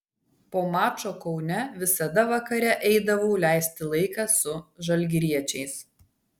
po mačo kaune visada vakare eidavau leisti laiką su žalgiriečiais